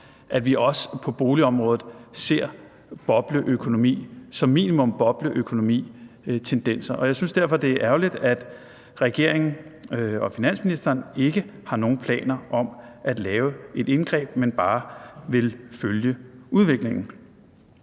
at vi også på boligområdet ser bobleøkonomi – som minimum bobleøkonomitendenser. Jeg synes derfor, det er ærgerligt, at regeringen og finansministeren ikke har nogen planer om at lave et indgreb, men bare vil følge udviklingen.